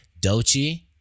Dochi